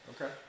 Okay